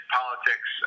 politics